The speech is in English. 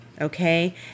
okay